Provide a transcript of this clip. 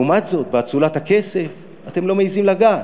לעומת זאת, באצולת הכסף אתם לא מעזים לגעת.